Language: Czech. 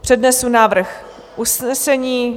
Přednesu návrh usnesení.